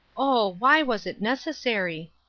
oh, why was it necessary?